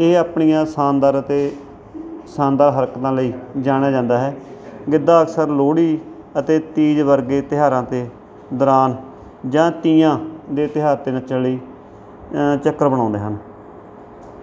ਇਹ ਆਪਣੀਆਂ ਸ਼ਾਨਦਾਰ ਅਤੇ ਸ਼ਾਨਦਾਰ ਹਰਕਤਾਂ ਲਈ ਜਾਣਿਆ ਜਾਂਦਾ ਹੈ ਗਿੱਧਾ ਅਕਸਰ ਲੋਹੜੀ ਅਤੇ ਤੀਜ ਵਰਗੇ ਤਿਉਹਾਰਾਂ 'ਤੇ ਦੌਰਾਨ ਜਾਂ ਤੀਆਂ ਦੇ ਤਿਉਹਾਰ 'ਤੇ ਨੱਚਣ ਲਈ ਚੱਕਰ ਬਣਾਉਂਦੇ ਹਨ